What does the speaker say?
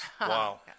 Wow